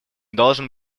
должен